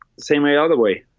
say my other way.